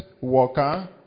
worker